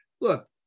look